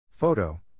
Photo